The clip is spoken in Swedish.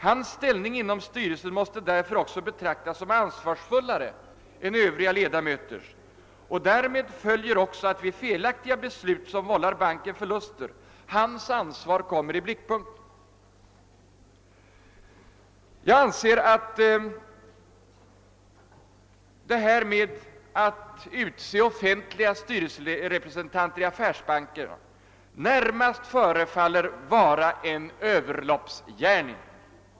Hans ställning inom styrelsen måste därför också betraktas som ansvarsfullare än övriga ledamöters, och därmed följer också att vid felaktiga beslut, som vållar banken förluster, hans ansvar kommer i blickpunkten. Att utse offentliga styrelserepresentanter i affärsbanker förefaller mig närmast vara en Ööverloppsgärning.